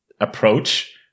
approach